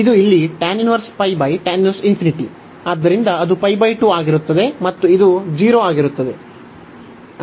ಇದು ಇಲ್ಲಿ ಆದ್ದರಿಂದ ಅದು 2 ಆಗಿರುತ್ತದೆ ಮತ್ತು ಇದು 0 ಆಗಿರುತ್ತದೆ